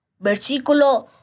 versículo